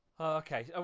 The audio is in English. okay